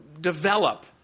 develop